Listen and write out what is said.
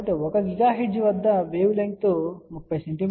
కాబట్టి 1 GHz వద్ద wavelength 30 సెం